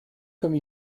comme